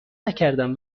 نکردم